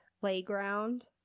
playground